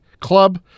club